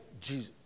Jesus